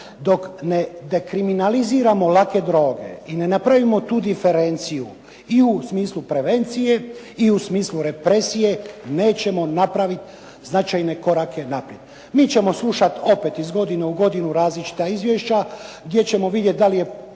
dok ne dekriminaliziramo lake droge i ne napravimo tu diferenciju i u smislu prevencije i u smislu represije nećemo napraviti značajne korake naprijed. Mi ćemo slušati opet iz godine u godinu različita izvješća gdje ćemo vidjeti da li je